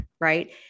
right